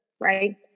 right